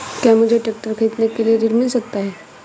क्या मुझे ट्रैक्टर खरीदने के लिए ऋण मिल सकता है?